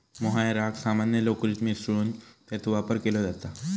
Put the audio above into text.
मोहायराक सामान्य लोकरीत मिसळून त्याचो वापर केलो जाता